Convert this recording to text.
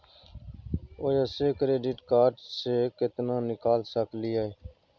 ओयसे credit card से केतना निकाल सकलियै?